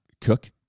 Cook